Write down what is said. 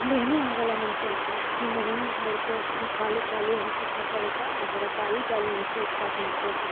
ಅಲ್ಲಿ ಏನು ಆಗಲ್ಲ ನಮ್ಮ ಕೆಲಸ ನಮ್ಗ ಹೆಂಗಾಗ್ಬಿಡುತ್ತೆ ನಾವು ಖಾಲಿ ಖಾಲಿ ಅನ್ಸಕ್ಕೆ ಸ್ಟಾರ್ಟ್ ಆಗುತ್ತೆ ಅದ್ರ ಖಾಲಿ ಖಾಲಿ ಅನ್ಕೊಳಕ್ಕೆ ಸ್ಟಾರ್ಟ್ ಮಾಡ್ಕೊಳೋಕ್ಕಿನ್ನ